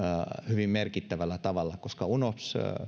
hyvin merkittävällä tavalla koska unops